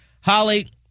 Holly